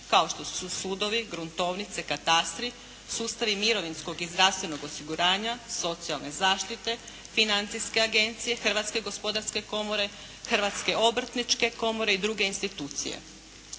kao što su sudovi, gruntovnice, katastri, sustav mirovinskog i zdravstvenog osiguranja, socijalne zaštite, financijske agencije, Hrvatske gospodarske komore, Hrvatske obrtničke komore i druge institucije.